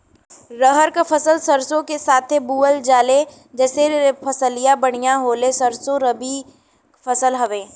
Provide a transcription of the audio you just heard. रहर क फसल सरसो के साथे बुवल जाले जैसे फसलिया बढ़िया होले सरसो रबीक फसल हवौ